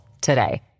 today